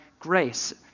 Grace